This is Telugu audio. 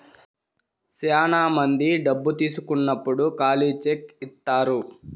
శ్యానా మంది డబ్బు తీసుకున్నప్పుడు ఖాళీ చెక్ ఇత్తారు